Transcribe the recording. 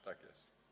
Tak jest.